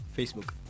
Facebook